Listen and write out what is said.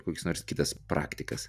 kokias nors kitas praktikas